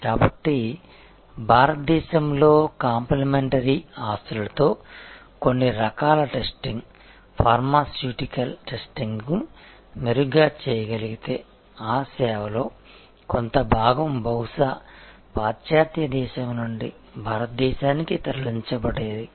కాబట్టి భారతదేశంలో కాంప్లిమెంటరీ ఆస్తులతో కొన్ని రకాల టెస్టింగ్ ఫార్మాస్యూటికల్ టెస్టింగ్ని మెరుగ్గా చేయగలిగితే ఆ సేవలో కొంత భాగం బహుశా పాశ్చాత్య దేశం నుండి భారతదేశానికి తరలించబడేది